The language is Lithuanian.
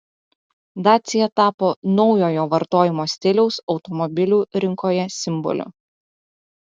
dacia tapo naujojo vartojimo stiliaus automobilių rinkoje simboliu